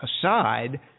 aside